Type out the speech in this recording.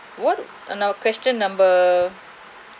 what now question number